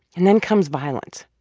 and then comes violence,